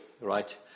right